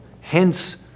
hence